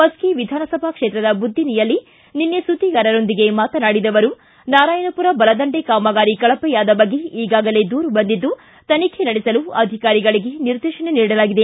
ಮಶ್ಕಿ ವಿಧಾನಸಭಾ ಕ್ಷೇತ್ರದ ಬುದ್ದಿನ್ನಿಯಲ್ಲಿ ನಿನ್ನೆ ಸುದ್ದಿಗಾರರೊಂದಿಗೆ ಮಾತನಾಡಿದ ಅವರು ನಾರಾಯಣಪುರ ಬಲದಂಡೆ ಕಾಮಗಾರಿ ಕಳಪೆಯಾದ ಬಗ್ಗೆ ಈಗಾಗಲೇ ದೂರು ಬಂದಿದ್ದು ತನಿಖೆ ನಡೆಸಲು ಅಧಿಕಾರಿಗಳಿಗೆ ನಿರ್ದೇಶನ ನೀಡಲಾಗಿದೆ